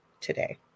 today